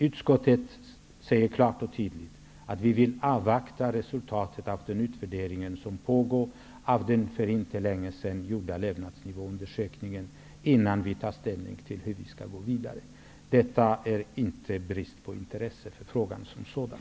Utskottet säger klart och tydligt att vi vill avvakta resultaten av den utvärdering som pågår av den för inte länge sedan gjorda levnadsnivåundersökningen innan vi tar ställning till hur vi skall gå vidare. Detta är inte brist på intresse för frågan som sådan.